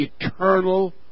eternal